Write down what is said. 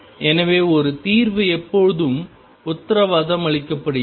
எனவே ஒரு தீர்வு எப்போதும் உத்தரவாதம் அளிக்கப்படுகிறது